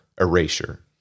erasure